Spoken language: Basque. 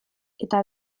eta